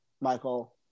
Michael